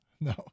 No